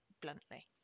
bluntly